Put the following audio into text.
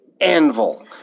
anvil